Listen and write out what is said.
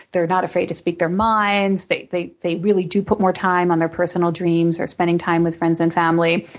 they're not afraid to speak their minds, they they really do put more time on their personal dreams or spending time with friends and family.